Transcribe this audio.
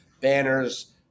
banners